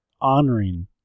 honoring